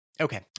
Okay